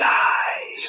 die